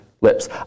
lips